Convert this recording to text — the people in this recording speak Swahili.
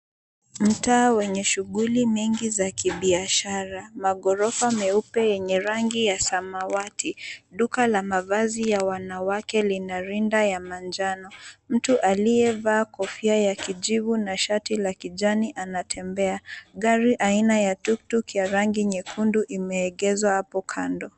Mtaa wenye shughuli mingi za kibiashara. Maghorofa meupe yenye rangi ya samawati. Duka la mavazi ya wanawake lina rinda ya manjano. Mtu aliyevaa kofia ya kijivu na shati la kijani anatembea. Gari aina ya tuktuk ya rangi nyekundu imeegezwa hapo kando.